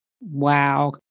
Wow